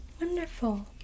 Wonderful